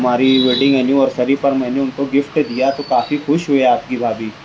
ہماری wedding anniversary پر میں نے ان کو گفٹ دیا تو کافی خوش ہوئی آپ کی بھابھی